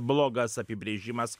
blogas apibrėžimas